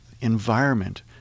environment